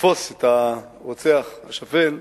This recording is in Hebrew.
ולתפוס את הרוצח השפל,